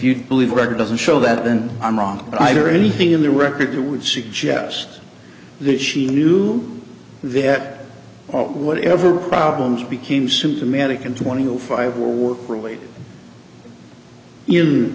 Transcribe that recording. you believe record doesn't show that then i'm wrong either anything in the record would suggest that she knew that whatever problems became symptomatic and twenty five work related i